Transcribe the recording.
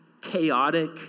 chaotic